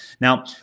Now